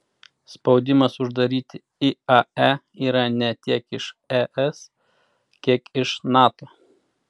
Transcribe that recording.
spaudimas uždaryti iae yra ne tiek iš es kiek iš nato